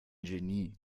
genie